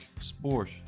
sport